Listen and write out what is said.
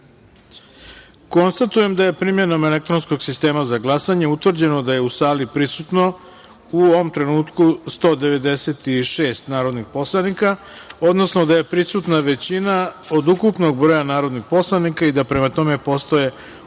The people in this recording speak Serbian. glasanje. Konstatujem da je primenom elektronskog sistema za glasanje utvrđeno da je u sali prisutno u ovom trenutku 196 narodnih poslanika, odnosno da je prisutna većina od ukupnog broja narodnih poslanika i da, prema tome, postoje